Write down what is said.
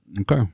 Okay